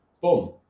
Boom